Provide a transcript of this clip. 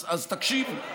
אז תקשיבי.